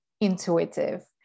intuitive